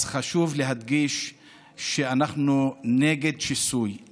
אז חשוב להדגיש שאנחנו נגד שיסוי,